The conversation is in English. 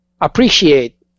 appreciate